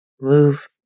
move